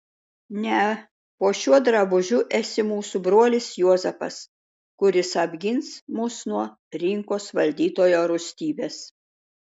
ne po šiuo drabužiu esi mūsų brolis juozapas kuris apgins mus nuo rinkos valdytojo rūstybės